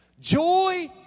Joy